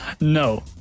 No